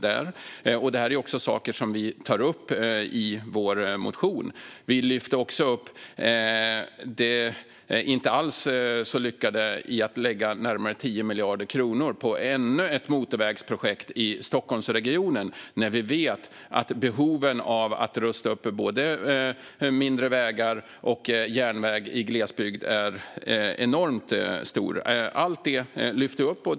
Det är saker som vi också tar upp i vår motion. Vi lyfter också upp det inte alls särskilt lyckade i att lägga närmare 10 miljarder kronor på ännu ett motorvägsprojekt i Stockholmsregionen, när man vet att behoven av att rusta upp både mindre vägar och järnväg i glesbygd är enormt stora. Allt det lyfte vi upp.